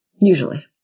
Usually